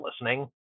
listening